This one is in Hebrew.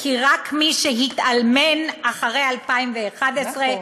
כי רק מי שהתאלמן אחרי 2011, נכון.